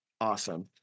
Awesome